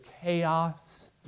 chaos